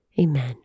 Amen